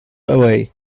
away